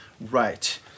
Right